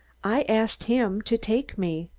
i asked him to take me.